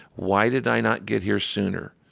why did i not get here sooner?